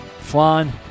Flan